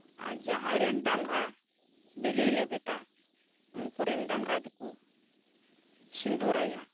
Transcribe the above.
ᱟᱨ ᱡᱟᱦᱟᱸᱭ ᱨᱮᱱ ᱰᱟᱝᱨᱟ ᱵᱮᱹᱞᱮᱹᱭ ᱞᱮᱵᱮᱫᱟ ᱩᱱᱠᱩᱨᱮᱱ ᱰᱟᱝᱨᱟ ᱫᱚᱠᱚ ᱥᱤᱸᱫᱩᱨᱟᱭᱟ